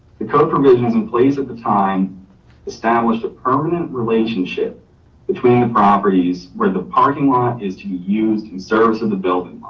the code provisions in place at the time established a permanent relationship between the properties where the parking lot is to be used in service of the building